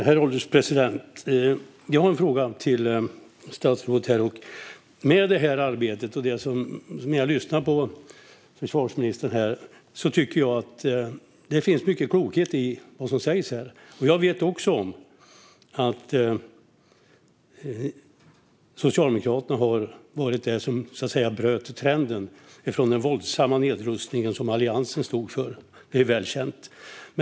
Herr ålderspresident! Jag har en fråga till statsrådet. I och med arbetet och när jag har lyssnat på försvarsministern nu har jag kommit fram till att det finns mycket klokhet i vad som sägs. Jag vet också att det var Socialdemokraterna som bröt trenden i den våldsamma nedrustning som Alliansen stod för. Det är välkänt.